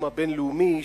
לא דיברת גם במקומי?